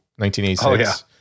1986